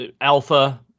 alpha